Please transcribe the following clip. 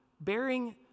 bearing